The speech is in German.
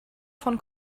von